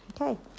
okay